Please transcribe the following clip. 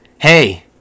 Hey